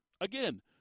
again